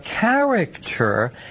character